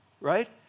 Right